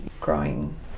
growing